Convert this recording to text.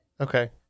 Okay